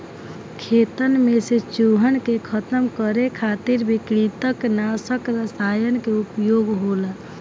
खेतन में से चूहन के खतम करे खातिर भी कृतंकनाशक रसायन के उपयोग होला